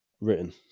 written